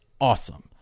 awesome